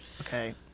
okay